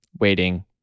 waiting